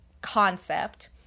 concept